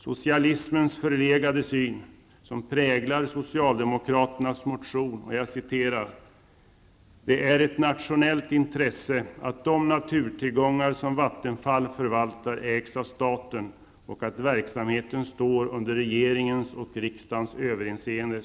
Socialismens förlegade syn präglar socialdemokraternas motion, där man kan läsa följande: ''Det är ett nationellt intresse att de naturtillgångar som Vattenfall förvaltar ägs av staten och att verksamheten står under regeringens och riksdagens överinseende.''